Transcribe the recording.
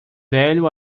velho